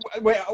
wait